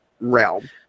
realm